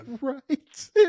Right